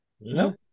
no